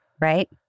right